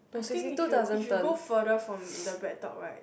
I think if you if you go further from the BreadTalk right